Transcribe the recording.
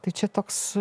tai čia toks